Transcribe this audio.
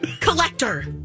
Collector